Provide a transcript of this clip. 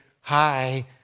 hi